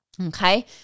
Okay